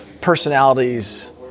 personalities